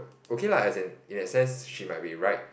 okay lah as in in a sense she might be right